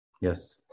Yes